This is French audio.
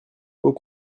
haut